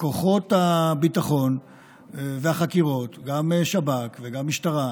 כוחות הביטחון והחקירות, גם שב"כ וגם משטרה,